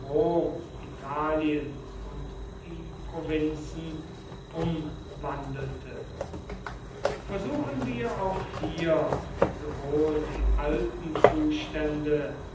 italien und die provinzen umwandelte versuchen wir auch hier sowohl die alten zustände